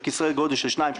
של כיסויי גודל של שניים,